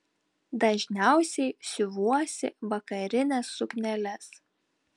dažniausiai siuvuosi vakarines sukneles